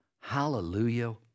Hallelujah